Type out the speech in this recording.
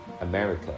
America